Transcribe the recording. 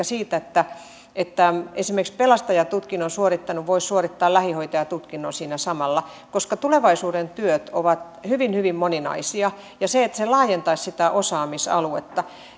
siitä että että esimerkiksi pelastajatutkinnon suorittanut voisi suorittaa lähihoitajatutkinnon siinä samalla koska tulevaisuuden työt ovat hyvin hyvin moninaisia ja se laajentaisi sitä osaamisaluetta